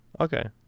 Okay